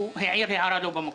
הוא העיר הערה לא במקום.